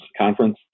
conference